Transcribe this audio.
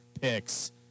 picks